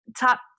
top